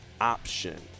option